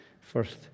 first